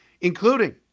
including